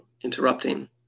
interrupting